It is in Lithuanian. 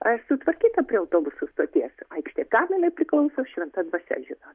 ar sutvarkyta prie autobusų stoties aikštė kam jinai priklauso šventa dvasia žino